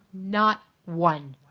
not one.